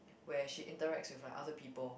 where she interacts with like other people